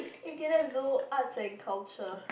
eh okay let's do arts and culture